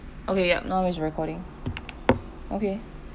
okay yup now is recording okay